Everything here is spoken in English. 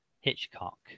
Hitchcock